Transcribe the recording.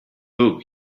book